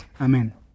Amen